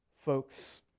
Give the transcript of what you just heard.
folks